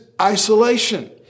isolation